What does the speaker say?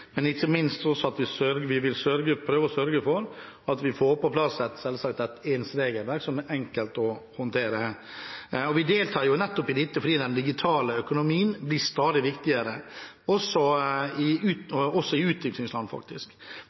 Ikke minst prøver vi å sørge for at vi får på plass et ens regelverk som er enkelt å håndtere. Vi deltar i dette fordi den digitale økonomien blir stadig viktigere – også i utviklingsland, faktisk. Norge deltar i